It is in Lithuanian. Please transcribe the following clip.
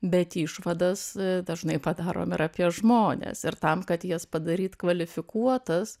bet išvadas dažnai padarome ir apie žmones ir tam kad jas padaryt kvalifikuotas